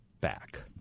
back